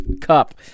Cup